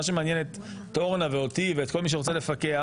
בא בן אדם ורוצה לתרום